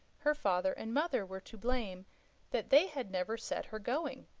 her father and mother were to blame that they had never set her going.